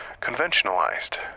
conventionalized